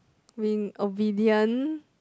being obedient